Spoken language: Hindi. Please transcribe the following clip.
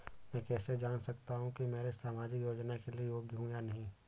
मैं कैसे जान सकता हूँ कि मैं सामाजिक योजना के लिए योग्य हूँ या नहीं?